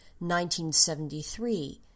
1973